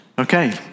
okay